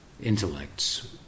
intellect's